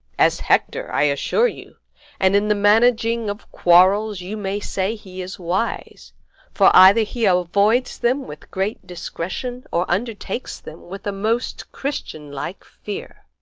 as hector, i assure you and in the managing of quarrels you may say he is wise for either he avoids them with great discretion, or undertakes them with a most christian-like fear.